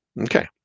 Okay